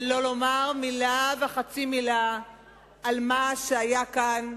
ולא לומר מלה וחצי מלה על מה שהיה כאן,